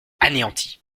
anéantie